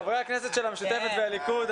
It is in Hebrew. חברי הכנסת של המשותפת ושל הליכוד,